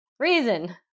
reason